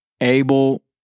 Abel